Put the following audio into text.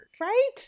Right